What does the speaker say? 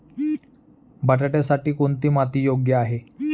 बटाट्यासाठी कोणती माती योग्य आहे?